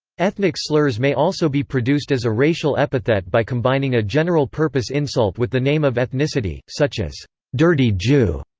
ethnic slurs may also be produced as a racial epithet by combining a general-purpose insult with the name of ethnicity, such as dirty jew,